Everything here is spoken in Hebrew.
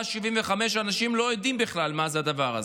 ל-1.75, אנשים לא יודעים בכלל מה זה הדבר הזה.